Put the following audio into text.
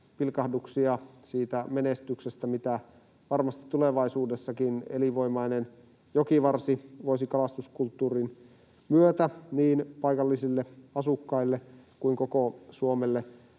pilkahduksia siitä menestyksestä, mitä varmasti tulevaisuudessakin elinvoimainen jokivarsi voisi kalastuskulttuurin myötä niin paikallisille asukkaille kuin koko Suomelle